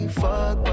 fuck